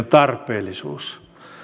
tarpeellisuus